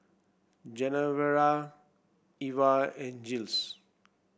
Genevra Eva and Jiles